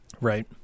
Right